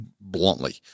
bluntly